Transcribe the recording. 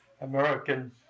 American